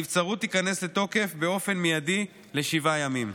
הנבצרות תיכנס לתוקף באופן מיידי לשבעה ימים.